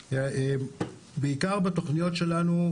העיקר בתוכניות שלנו,